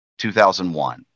2001